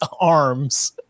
arms